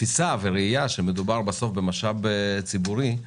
תפיסה וראייה שמדובר בסוף במשאב ציבורי,